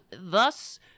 thus